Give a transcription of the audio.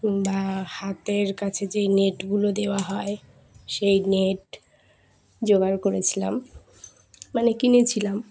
বা হাতের কাছে যেই নেটগুলো দেওয়া হয় সেই নেট জোগাড় করেছিলাম মানে কিনেছিলাম